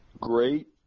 Great